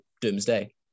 doomsday